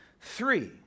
three